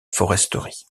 foresterie